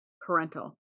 parental